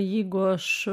jeigu aš